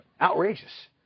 Outrageous